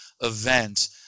event